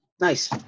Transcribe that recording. Nice